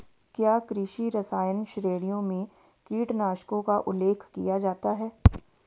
क्या कृषि रसायन श्रेणियों में कीटनाशकों का उल्लेख किया जाता है?